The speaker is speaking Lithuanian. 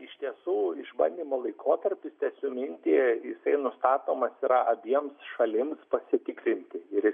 iš tiesų išbandymo laikotarpis tęsiu mintį jisai nustatomas yra abiems šalims pasitikrinti ir